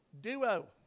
duo